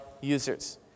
users